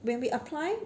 when we apply